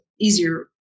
easier